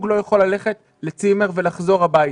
לא יכול ללכת לצימר ולחזור משם הביתה,